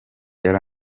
yari